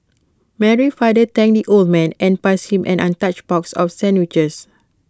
Mary's father thanked the old man and passed him an untouched box of sandwiches